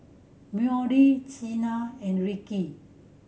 Moody Cena and Rikki